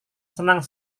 senang